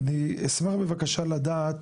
אני אשמח בבקשה לדעת,